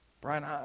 Brian